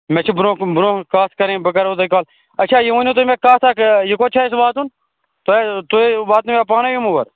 مےٚ چھِ برٛونٛہہ کُن برٛونٛہہ کَتھ کَرٕنۍ بہٕ کَرہو تۄہہِ کال اَچھا یہِ ؤنِو تُہۍ مےٚ کَتھ اَکھ یہِ کوٚت چھُ اَسہِ واتُن تُہۍ تُہۍ واتٕنٲیِوا پانٕے یِم اور